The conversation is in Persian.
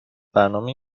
برنامه